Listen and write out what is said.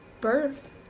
birth